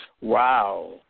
Wow